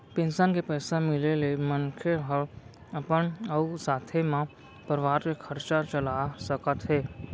pension के पइसा मिले ले मनखे हर अपन अउ साथे म परवार के खरचा चला सकत हे